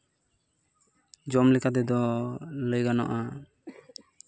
ᱡᱚᱢ ᱞᱮᱠᱟ ᱛᱮᱫᱚ ᱞᱟᱹᱭ ᱜᱟᱱᱚᱜᱼᱟ